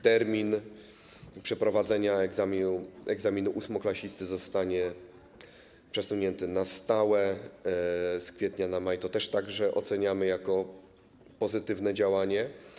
Termin przeprowadzenia egzaminu ósmoklasisty zostanie przesunięty na stałe z kwietnia na maj, to także oceniamy jako pozytywne działanie.